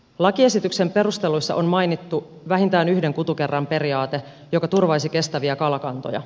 lakiesityksen perusteluissa on mainittu vähintään yhden kutukerran periaate joka turvaisi kestäviä kalakantoja